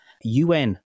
UN